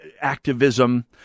activism